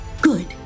Good